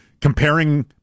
comparing